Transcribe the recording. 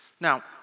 Now